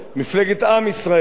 מפלגת עם ישראל,